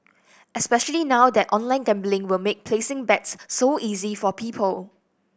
especially now that online gambling will make placing bets so easy for people